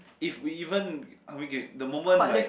if we even are we get the moment like